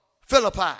Philippi